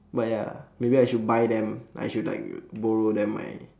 but ya maybe I should buy them I should like borrow them my